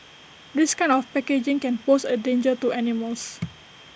this kind of packaging can pose A danger to animals